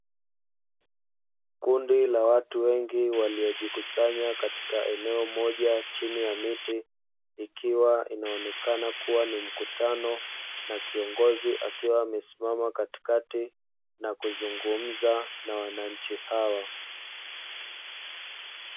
Kundi la watu wengi waliojikusanya katika eneo moja chini ya miti, ikiwa inaonekana kuwa ni mkutano na kiongozi akiwa amesimama katikati na kuzungumza na wananachi hawa.